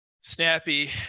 Snappy